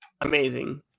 amazing